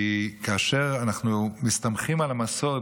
כי כשאנחנו מסתמכים על המסורת,